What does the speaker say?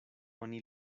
oni